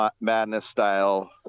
Madness-style